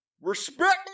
Respect